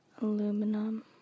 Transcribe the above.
aluminum